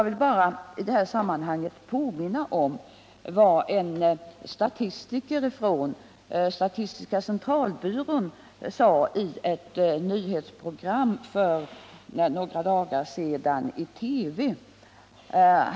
Låt mig påminna om vad en företrädare för statistiska centralbyrån sade i ett nyhetsprogram för några dagar sedan i TV.